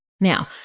Now